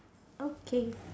okay